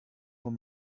von